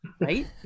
right